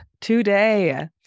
today